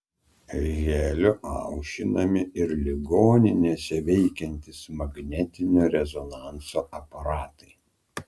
heliu aušinami ir ligoninėse veikiantys magnetinio rezonanso aparatai